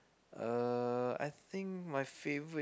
uh I think my favourite